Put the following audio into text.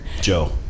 Joe